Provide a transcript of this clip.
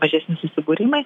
mažesni susibūrimai